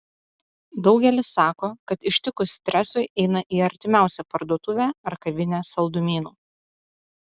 daugelis sako kad ištikus stresui eina į artimiausią parduotuvę ar kavinę saldumynų